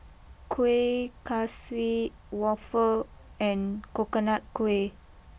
Kuih Kaswi waffle and Coconut Kuih